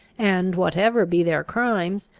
and whatever be their crimes,